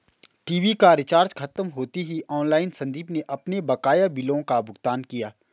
TV का recharge खत्म होते ही ऑनलाइन संदीप ने अपने बकाया बिलों का भुगतान किया